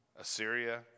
Assyria